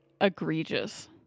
egregious